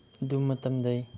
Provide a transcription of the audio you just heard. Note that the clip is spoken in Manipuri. ꯑꯗꯨ ꯃꯇꯝꯗꯒꯤ